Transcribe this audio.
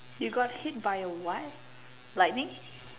you got hit by a what lightning